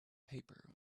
paper